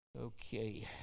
okay